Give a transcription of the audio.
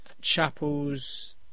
chapels